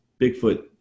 Bigfoot